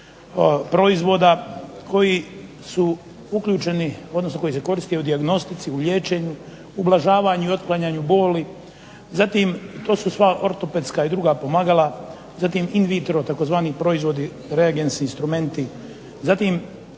proizvoda koji su uključeni, odnosno koji se koriste u dijagnostici, u liječenju, ublažavanju i otklanjanju boli, zatim to su sva ortopedska i druga pomagala, zatim in vitro tzv. proizvodi reagensi, instrumenti, zatim